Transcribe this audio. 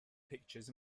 pictures